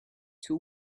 two